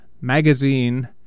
Magazine